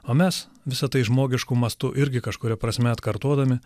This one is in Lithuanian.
o mes visa tai žmogišku mastu irgi kažkuria prasme atkartodami